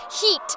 heat